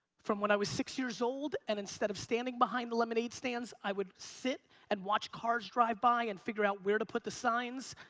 from when i was six years old and instead of standing behind the lemonade stands i would sit and watch cars drive by and figure out where to put the signs.